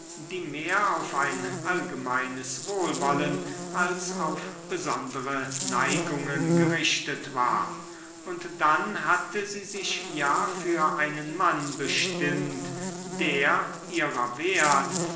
die mehr auf ein allgemeines wohlwollen als auf besondere neigungen gerichtet war und dann hatte sie sich ja für einen mann bestimmt der ihrer wert